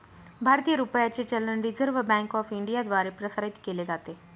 भारतीय रुपयाचे चलन रिझर्व्ह बँक ऑफ इंडियाद्वारे प्रसारित केले जाते